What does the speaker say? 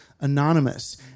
anonymous